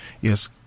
Yes